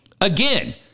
again